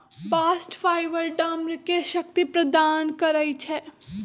bast fibre डांरके शक्ति प्रदान करइ छै